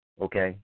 okay